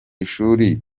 ishuri